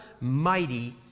mighty